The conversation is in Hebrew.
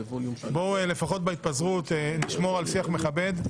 בואו לפחות בהתפזרות נשמור על שיח מכבד.